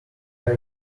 iron